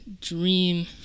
dream